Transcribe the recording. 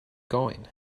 going